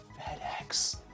FedEx